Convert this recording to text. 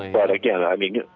ah yeah but again i mean